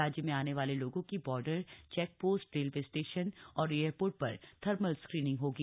राज्य में आने वाले लोगों की border check post railway station और एयरपोर्ट पर थर्मल स्क्रीनिंग होगी